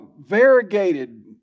variegated